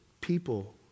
people